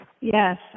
Yes